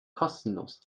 kostenlos